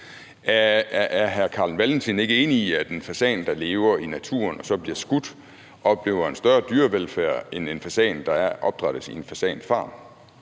Er hr. Carl Valentin ikke enig i, at en fasan, der lever i naturen og så bliver skudt, oplever en større dyrevelfærd end en fasan, der opdrættes i en fasanfarm?